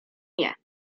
nie